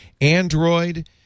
Android